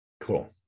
Cool